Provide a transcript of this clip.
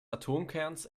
atomkerns